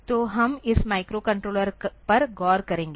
तो हम इस माइक्रोकंट्रोलर पर गौर करेंगे